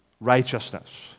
righteousness